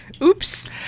Oops